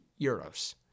euros